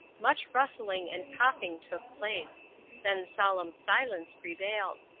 much rustling and coughing took place then solemn silence prevailed.